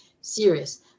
serious